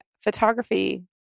photography